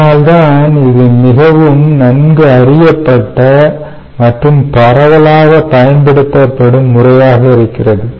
அதனால்தான் இது மிகவும் நன்கு அறியப்பட்ட மற்றும் பரவலாகப் பயன்படுத்தப்படும் முறையாக இருக்கிறது